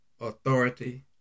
authority